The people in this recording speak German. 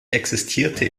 existierte